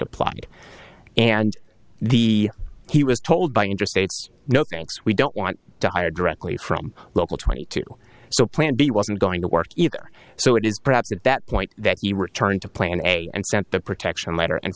applied and the he was told by interstates no thanks we don't want to hire directly from local twenty two so plan b wasn't going to work either so it is perhaps at that point that he returned to plan a and sent the protection letter and